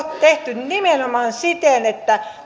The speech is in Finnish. tehty nimenomaan siten että